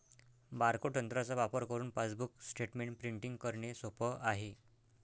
barcode तंत्राचा वापर करुन पासबुक स्टेटमेंट प्रिंटिंग करणे सोप आहे